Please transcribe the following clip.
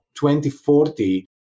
2040